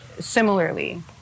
similarly